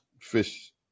fish